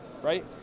right